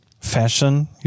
fashion